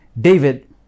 David